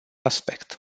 aspect